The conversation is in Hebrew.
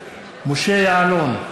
משה יעלון,